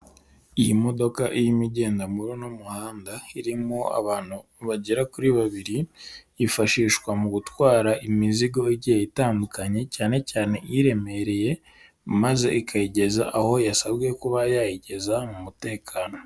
Iyi modoka irimo igendamo muri uno muhanda, irimo abantu bagera kuri babiri, yifashishwa mu gutwara imizigo igiye itandukanye, cyane cyane iremereye maze ikayigeza aho yasabwe kuba yayigeza mu mutekano.